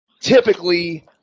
typically